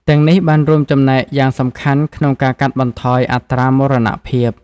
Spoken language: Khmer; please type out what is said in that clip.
ទាំងនេះបានរួមចំណែកយ៉ាងសំខាន់ក្នុងការកាត់បន្ថយអត្រាមរណភាព។